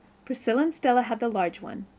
priscilla and stella had the large one.